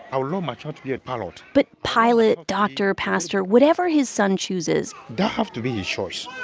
i would love my child to be a pilot but pilot, doctor, pastor, whatever his son chooses. that have to be his choice,